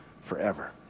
forever